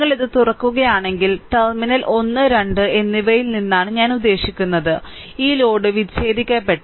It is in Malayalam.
നിങ്ങൾ ഇത് തുറക്കുകയാണെങ്കിൽ ടെർമിനൽ 1 2 എന്നിവയിൽ നിന്നാണ് ഞാൻ ഉദ്ദേശിക്കുന്നത് ഈ ലോഡ് വിച്ഛേദിക്കപ്പെട്ടു